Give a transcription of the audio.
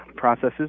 processes